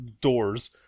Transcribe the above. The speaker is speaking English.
doors